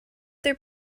their